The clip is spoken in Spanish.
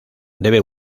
debe